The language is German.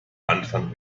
anfang